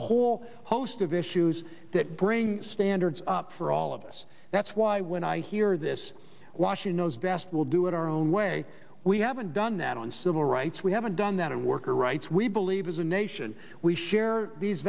whole host of issues that bring standards up for all of us that's why when i hear this washing knows best we'll do it our own way we haven't done that on civil rights we haven't done that of worker rights we believe as a nation we share these